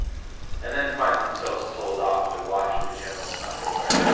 and then find themselves told off to wash the general's underwear.